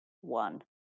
one